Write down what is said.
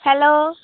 hello